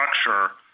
structure